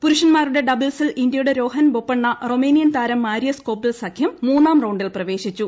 പുരുഷൻമാരുടെ ഡബിൾസിൽ ഇന്ത്യയുടെ രോഹൻ ബൊപ്പണ്ണ റൊമാനിയൻ താർം മാരിയസ് കോപ്പിൽ സഖ്യം മൂന്നാം റൌണ്ടിൽ പ്രവേശിച്ചു